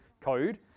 code